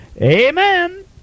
Amen